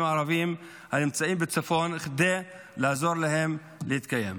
הערביים הנמצאים בצפון כדי לעזור להם להתקיים.